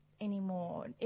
anymore